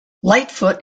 lightfoot